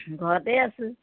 ঘৰতেই আছোঁ